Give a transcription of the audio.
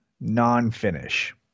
non-finish